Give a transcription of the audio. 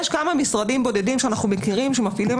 יש כמה משרדים בודדים שאנחנו מכירים שהם מפעילים